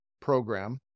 program